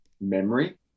memory